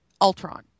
ultron